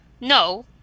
No